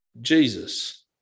Jesus